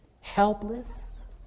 helpless